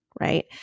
right